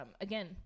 again